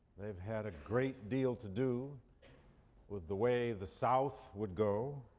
they've had a great deal to do with the way the south would go,